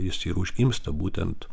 jis ir užgimsta būtent